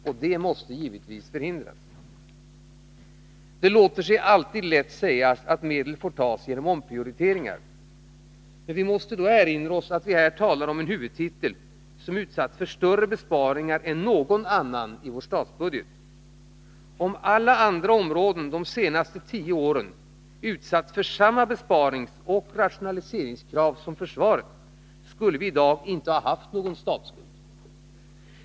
Och det måste givetvis förhindras. Det låter sig alltid lätt sägas att medel får tas fram genom omprioriteringar. Vi måste då erinra oss att vi här talar om en huvudtitel som utsatts för större besparingar än någon annan i vår statsbudget. Om alla andra områden de senaste tio åren utsatts för samma besparingsoch rationaliseringskrav som försvaret, skulle vi i dag inte ha haft någon statsskuld.